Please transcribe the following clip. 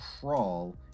crawl